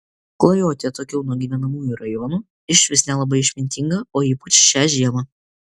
klajoti atokiau nuo gyvenamų rajonų išvis nelabai išmintinga o ypač šią žiemą